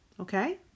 okay